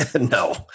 No